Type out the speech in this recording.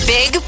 Big